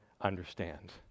understand